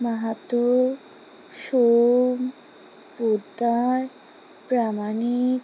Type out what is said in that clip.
Mahato Som Poddar Pramanik